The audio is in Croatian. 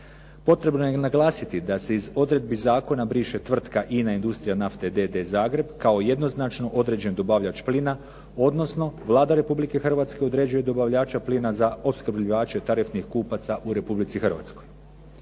Potrebno je naglasiti da se iz odredbi zakona briše tvrtka "INA industrija nafte" d.d. Zagreb kao jednoznačno određen dobavljač plina, odnosno Vlada Republike Hrvatske određuje dobavljača plina za opskrbljivače tarifnih kupaca u Republici Hrvatskoj.